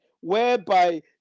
whereby